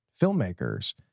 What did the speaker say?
filmmakers